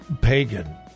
pagan